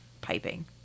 piping